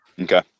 Okay